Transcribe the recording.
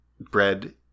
bread